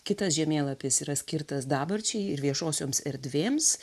kitas žemėlapis yra skirtas dabarčiai ir viešosioms erdvėms